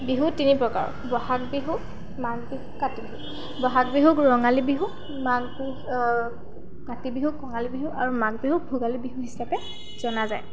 বিহু তিনি প্ৰকাৰৰ বহাগ বিহু মাঘ বিহু কাতি বিহু বহাগ বিহুক ৰঙালী বিহু মাঘ বিহু কাতি বিহুক কঙালী বিহু আৰু মাঘ বিহুক ভোগালী বিহু হিচাপে জনা যায়